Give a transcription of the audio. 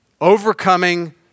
overcoming